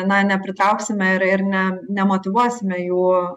na nepritrauksime ir ne nemotyvuosime jų